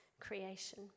creation